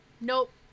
Nope